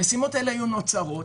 המשימות האלה נוצרות